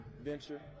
venture